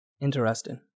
interesting